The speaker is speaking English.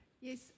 Yes